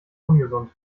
ungesund